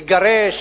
לגרש,